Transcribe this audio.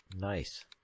Nice